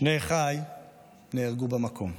שני אחיי נהרגו במקום,